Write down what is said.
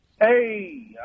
Hey